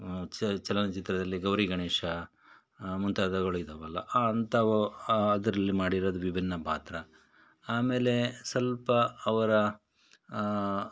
ಚ ಚಲನಚಿತ್ರದಲ್ಲಿ ಗೌರಿ ಗಣೇಶ ಮುಂತಾದವ್ಗಳು ಇದ್ದಾವಲ್ಲ ಅಂಥವು ಅದರಲ್ಲಿ ಮಾಡಿರೋದು ವಿಭಿನ್ನ ಪಾತ್ರ ಆಮೇಲೆ ಸ್ವಲ್ಪ ಅವರ